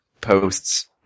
posts